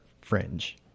Fringe